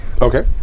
Okay